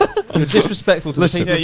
it's disrespectful to the sake. yeah,